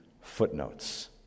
footnotes